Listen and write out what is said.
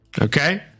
Okay